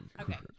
Okay